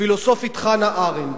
הפילוסופית חנה ארנדט.